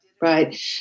Right